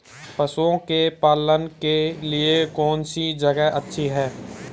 पशुओं के पालन के लिए कौनसी जगह अच्छी है?